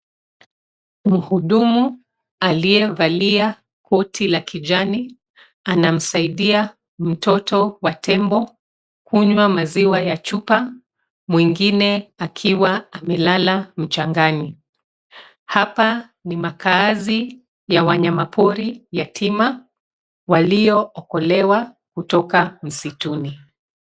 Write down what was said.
Mhudumu aliyevalia koti la kijani anamsaidia mtoto wa tembo kunywa maziwa ya chupa mwingine akiwa amelala mchangani. Hapa ni makazi ya wanyama pori yatima waliookolewa kutoka msituni.